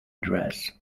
dress